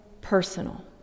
personal